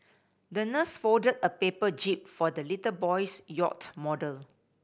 the nurse folded a paper jib for the little boy's yacht model